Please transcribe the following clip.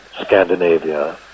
Scandinavia